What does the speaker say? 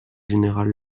général